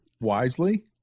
wisely